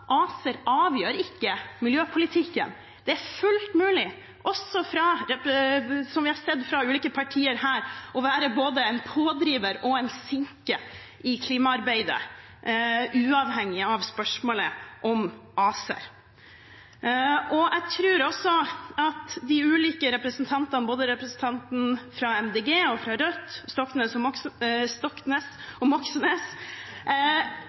ACER avgjør ikke miljøpolitikken. Det er fullt mulig, som vi også har sett fra ulike partier her, å være både en pådriver og en sinke i klimaarbeidet, uavhengig av spørsmålet om ACER. Jeg tror at de ulike representantene, både representanten fra Miljøpartiet De Grønne, Stoknes, og representanten fra Rødt,